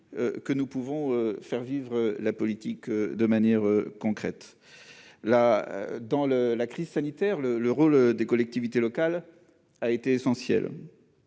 que nous pouvons faire vivre la politique de manière concrète. Dans la crise sanitaire, le rôle des collectivités locales a été essentiel.